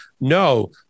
no